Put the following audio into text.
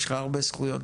יש לך הרבה זכויות.